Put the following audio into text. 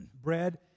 bread